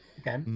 Okay